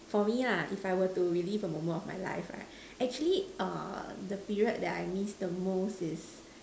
for me lah if I were to relive a moment of my life right actually err the period that I miss the most is